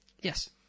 Yes